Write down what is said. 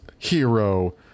Hero